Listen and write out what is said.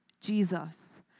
Jesus